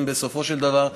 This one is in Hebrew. בסופו של דבר,